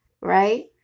right